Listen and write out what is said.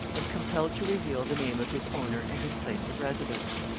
and compelled to reveal the name of his owner and his place of residence.